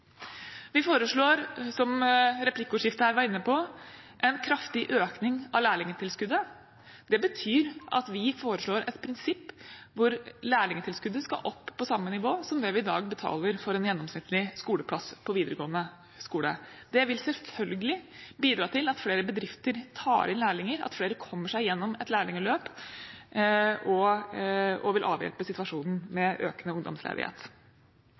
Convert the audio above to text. Vi foreslår – som man var inne på i replikkordskiftet – en kraftig økning av lærlingtilskuddet. Det betyr at vi foreslår et prinsipp hvor lærlingtilskuddet skal opp på samme nivå som det vi i dag betaler i gjennomsnitt for en skoleplass på videregående skole. Det vil selvfølgelig bidra til at flere bedrifter tar inn lærlinger, at flere kommer seg gjennom et lærlingløp, og vil avhjelpe situasjonen med økende ungdomsledighet.